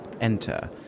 Enter